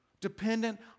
dependent